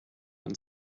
and